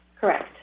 Correct